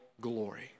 glory